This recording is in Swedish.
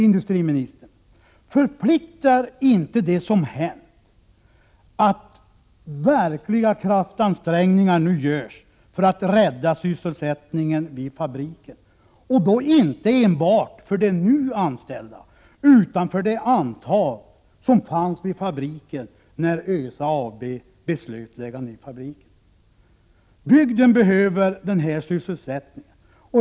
Förpliktar inte, industriministern, det som hänt att verkligen göra kraftansträngningar för att rädda sysselsättningen vid fabriken, och då inte enbart för de nu anställda utan för dem som fanns vid fabriken när ÖSA AB beslöt lägga ner fabriken. Bygden behöver denna sysselsättning.